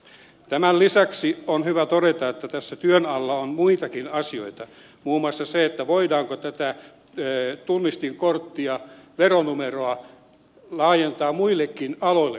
tämän lisäksi on hyvä todeta että työn alla on muitakin asioita muun muassa se voidaanko tunnistinkorttia veronumeroa laajentaa muillekin aloille kuin rakennusalalle